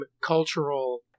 cultural